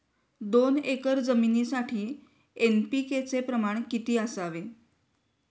दोन एकर जमीनीसाठी एन.पी.के चे प्रमाण किती असावे?